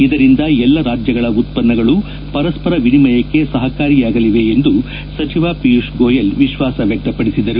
ಇದರಿಂದ ಎಲ್ಲ ರಾಜ್ಯಗಳ ಉತ್ಪನ್ನಗಳು ಪರಸ್ಪರ ವಿನಿಮಯಕ್ಕೆ ಸಹಕಾರಿಯಾಗಲಿದೆ ಎಂದು ಸಚಿವ ಪಿಯೂಶ್ ಗೋಯಲ್ ವಿಶ್ವಾಸ ವ್ಯಕ್ತಪಡಿಸಿದರು